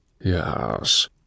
Yes